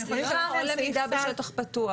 יכולה להיות למידה בשטח פתוח.